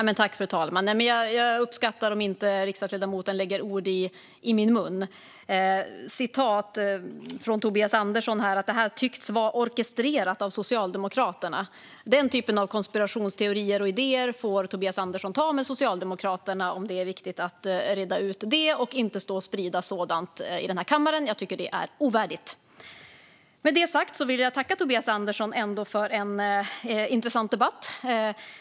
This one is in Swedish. Fru talman! Jag uppskattar om inte riksdagsledamoten lägger ord i min mun. Tobias Andersson sa här: Det tycks vara orkestrerat av Socialdemokraterna. Den typen av konspirationsteorier och idéer får Tobias Andersson ta med Socialdemokraterna om det är viktigt att reda ut det. Han ska inte stå och sprida sådant i kammaren. Jag tycker att det är ovärdigt. Med det sagt vill jag ändå tacka Tobias Andersson för en intressant debatt.